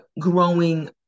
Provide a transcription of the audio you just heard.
growing